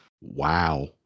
Wow